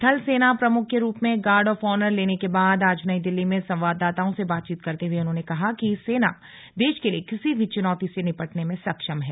थल सेना प्रमुख के रूप में गार्ड ऑफ ऑनर लेने के बाद आज नई दिल्ली में संवाददाताओं से बातचीत करते हुए उन्होंने कहा कि सेना देश के लिए किसी भी चुनौती से निपटने में सक्षम है